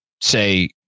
say